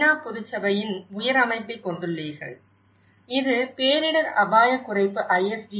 நா பொதுச் சபையின் உயர் அமைப்பைக் கொண்டுள்ளீர்கள் இது பேரிடர் அபாயக் குறைப்பு ISDR